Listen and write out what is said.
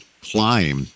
climb